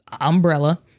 umbrella